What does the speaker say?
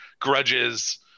grudges